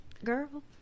Girl